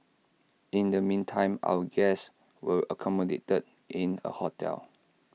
in the meantime our guests were accommodated in A hotel